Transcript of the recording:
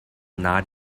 not